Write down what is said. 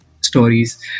stories